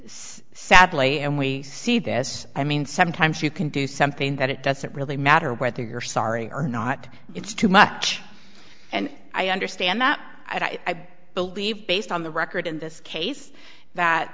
sadly and we see this i mean sometimes you can do something that it doesn't really matter whether you're sorry or not it's too much and i understand that i don't i believe based on the record in this case that